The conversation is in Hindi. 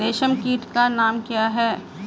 रेशम कीट का नाम क्या है?